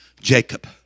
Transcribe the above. Jacob